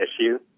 issue